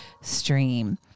stream